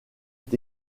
est